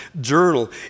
journal